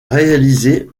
réalisé